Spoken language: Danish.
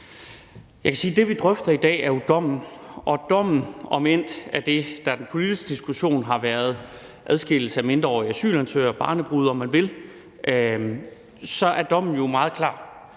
det, vi drøfter i dag, jo er dommen – om end det, der er den politiske diskussion, jo har været adskillelse af mindreårige asylansøgere, barnebrude, om man vil – og dommen er jo meget klar,